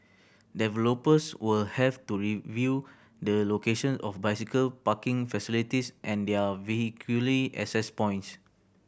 developers will have to review the location of bicycle parking facilities and their vehicular access point